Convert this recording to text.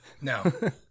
No